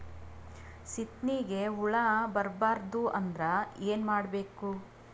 ಸೀತ್ನಿಗೆ ಹುಳ ಬರ್ಬಾರ್ದು ಅಂದ್ರ ಏನ್ ಮಾಡಬೇಕು?